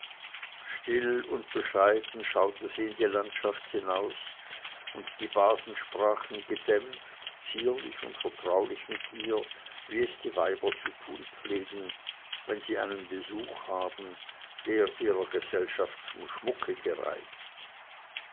still und bescheiden schaute sie in die landschaft hinaus und die basen sprachen gedämpft zierlich und vertraulich mit ihr wie es die weiber zu tun pflegen wenn sie einen besuch haben der ihrer gesellschaft zum schmucke gereicht